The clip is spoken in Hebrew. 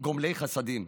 וגומלי חסדים.